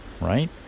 right